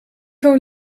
woon